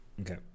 Okay